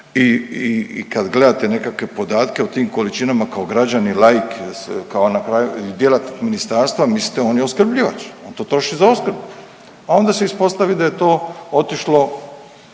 i kad gledate nekakve podatke o tim količinama kao građanin laik, kao na kraju i djelatnik ministarstva mislite on je opskrbljivač, on to troši za opskrbu, a onda se ispostavi da je to otišlo,